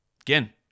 Again